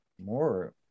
more